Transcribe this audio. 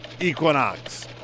Equinox